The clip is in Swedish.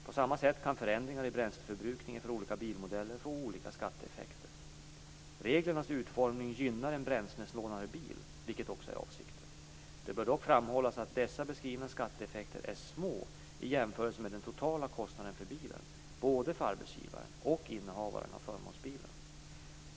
På samma sätt kan förändringar i bränsleförbrukningen för olika bilmodeller få olika skatteeffekter. Reglernas utformning gynnar en bränslesnålare bil, vilket också är avsikten. Det bör dock framhållas att dessa beskrivna skatteeffekter är små i jämförelse med den totala kostnaden för bilen, både för arbetsgivaren och innehavaren av förmånsbilen.